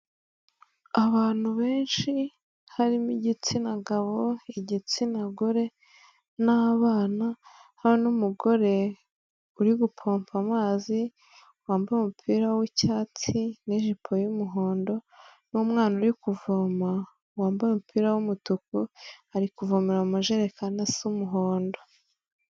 Abantu benshi harimo igitsina gabo, igitsina gore n'abana hari n'umugore uri gupopa amazi wambaye umupira w'icyatsi n'ijipo y'umuhondo n'umwana uri kuvoma wambaye umupira w'umutuku ari kuvomera amajerekani asa umuhondo.